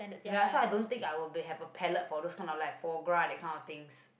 right so I don't think I will be have the palate for those kind like foie gras that kind of things